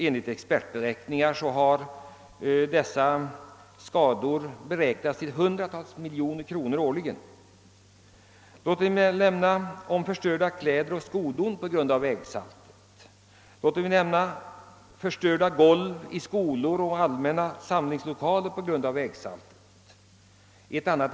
Enligt expertberäkningar uppgår dessa till hundratals miljoner kronor årligen. Jag kan även nämna om förstörda skodon och kläder på grund av vägsaltet, förstörda golv i skolor och allmänna samlingslokaler på grund av vägsaltet.